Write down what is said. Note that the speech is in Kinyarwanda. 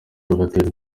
tugatera